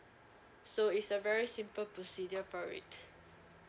so it's a very simple procedure for it